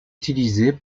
utilisées